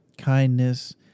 kindness